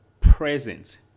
present